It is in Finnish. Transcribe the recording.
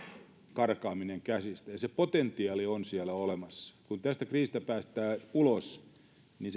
karkaaminen käsistä ja se potentiaali on siellä olemassa niin kun tästä kriisistä päästään ulos niin